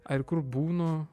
ar kur būnu